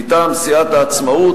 מטעם סיעת העצמאות,